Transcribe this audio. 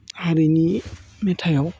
हारिनि मेथाइआव